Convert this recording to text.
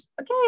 okay